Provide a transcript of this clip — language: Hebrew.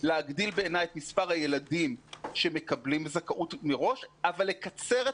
להגדיל את מספר הילדים שמקבלים זכאות מראש אבל לקצר את